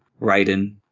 Raiden